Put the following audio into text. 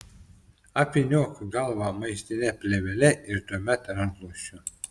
apvyniok galvą maistine plėvele ir tuomet rankšluosčiu